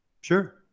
Sure